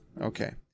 Okay